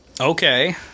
okay